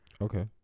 Okay